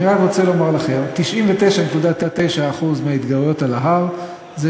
אני רק רוצה לומר לכם ש-99.9% מההתגרויות על ההר זה